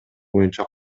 боюнча